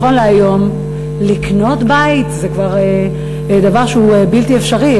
נכון להיום לקנות בית זה כבר דבר שהוא בלתי אפשרי,